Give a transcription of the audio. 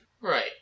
Right